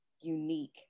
unique